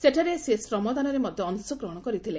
ସେଠାରେ ସେ ଶ୍ରମଦାନରେ ମଧ୍ୟ ଅଂଶଗ୍ରହଣ କରିଥିଲେ